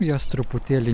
jos truputėlį